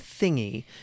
thingy